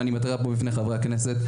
ואני מתריע פה בפני חברי הכנסת,